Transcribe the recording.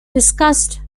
discussed